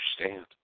understand